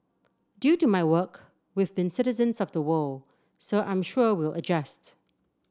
due to my work we've been citizens of the world so I'm sure we'll adjust